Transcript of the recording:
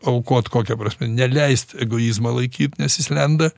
aukot kokia prasmė neleist egoizmą laikyt nes jis lenda